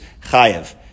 Chayev